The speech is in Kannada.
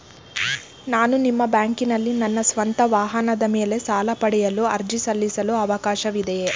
ನಾನು ನಿಮ್ಮ ಬ್ಯಾಂಕಿನಲ್ಲಿ ನನ್ನ ಸ್ವಂತ ವಾಹನದ ಮೇಲೆ ಸಾಲ ಪಡೆಯಲು ಅರ್ಜಿ ಸಲ್ಲಿಸಲು ಅವಕಾಶವಿದೆಯೇ?